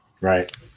Right